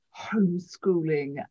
homeschooling